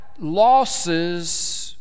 losses